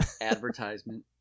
advertisement